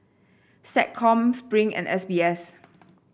SecCom Spring and S B S